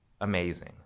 amazing